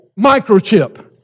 microchip